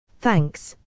Thanks